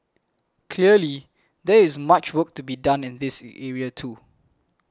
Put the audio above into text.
clearly there is much work to be done in this area too